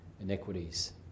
iniquities